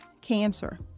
cancer